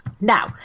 Now